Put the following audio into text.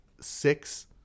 six